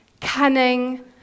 cunning